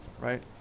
right